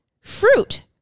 fruit